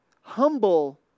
humble